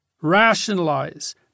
rationalize